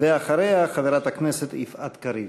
ואחריה, חברת הכנסת יפעת קריב.